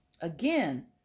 Again